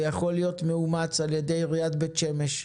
ויכול להיות מאומץ על ידי עיריית בית שמש,